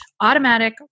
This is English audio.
automatic